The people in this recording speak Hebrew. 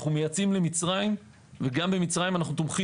אנחנו מייצאים למצרים וגם שם אנו תומכים.